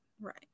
right